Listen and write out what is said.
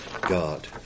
God